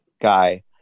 guy